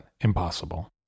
impossible